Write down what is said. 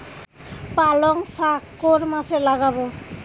পালংশাক কোন মাসে লাগাব?